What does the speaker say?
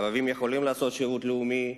ערבים יכולים לעשות שירות לאומי,